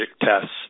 tests